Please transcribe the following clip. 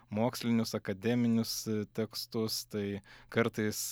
mokslinius akademinius tekstus tai kartais